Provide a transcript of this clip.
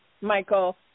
Michael